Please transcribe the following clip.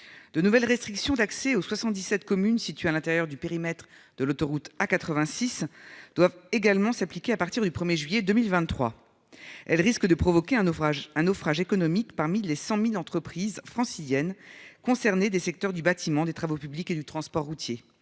De nouvelles restrictions d'accès aux soixante-dix-sept communes situées à l'intérieur du périmètre de l'autoroute A86 doivent également s'appliquer à partir du 1 juillet 2023. Elles risquent de provoquer un naufrage économique pour les 100 000 entreprises franciliennes des secteurs du bâtiment, des travaux publics et du transport routier